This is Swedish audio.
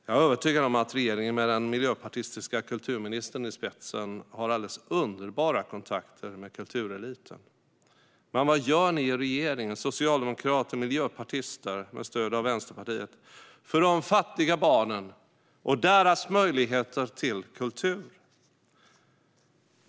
Jag är övertygad om att regeringen med den miljöpartistiska kulturministern i spetsen har alldeles underbara kontakter med kultureliten, men vad gör ni i regeringen - socialdemokrater och miljöpartister med stöd av Vänsterpartiet - för de fattiga barnen och deras möjligheter till kultur?